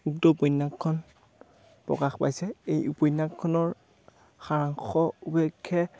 উক্ত উপন্যাসখন প্ৰকাশ পাইছে এই উপন্যাসখনৰ সাৰাংশ